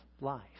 life